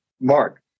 Mark